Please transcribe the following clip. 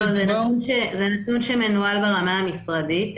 זה נתון שמנוהל ברמה המשרדית.